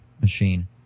machine